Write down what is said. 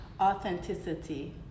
Authenticity